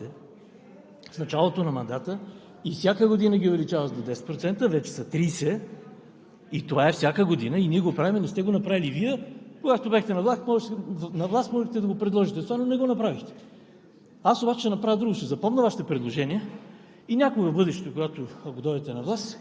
Ако Вие, господин Иванов, бяхте започнали с това, че ГЕРБ увеличи с 10% заплатите в началото на мандата и всяка година ги увеличава с до 10%, вече са 30%, и това е всяка година. Ние го правим, не сте го направили Вие. Когато бяхте на власт, можехте да го предложите това, но не го направихте.